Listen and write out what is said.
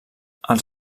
els